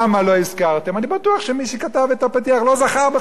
אני בטוח שמי שכתב את הפתיח לא זכר את זה בכלל.